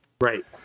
right